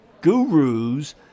Gurus